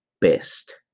best